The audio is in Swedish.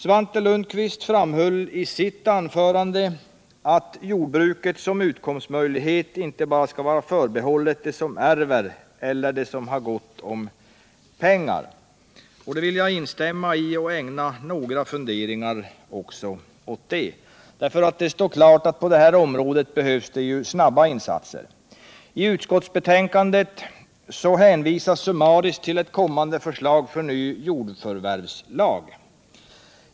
Svante Lundkvist framhöll i sitt anförande att jordbruket som utkomstmöjlighet inte bara skall vara förbehållet dem som ärver eller har gott om pengar. Det vill jag instämma i, och jag vill också redovisa några funderingar kring det resonemanget. På det här området behövs snabba insatser — det står alldeles klart. I utskottsbetänkandet hänvisas summariskt till ett kommande förslag till ny jordförvärvslag.